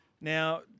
Now